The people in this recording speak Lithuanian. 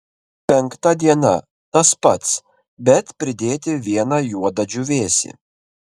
penkta diena tas pats bet pridėti vieną juodą džiūvėsį